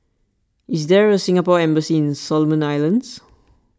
is there a Singapore Embassy in Solomon Islands